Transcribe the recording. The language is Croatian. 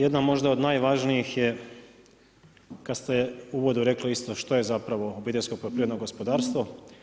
Jedna možda od najvažnijih je kad ste u uvodu rekli što je zapravo obiteljsko poljoprivredno gospodarstvo?